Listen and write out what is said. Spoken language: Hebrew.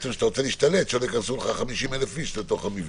כי אתה לא רוצה שייכנסו 50,000 אנשים לתוך המבנה.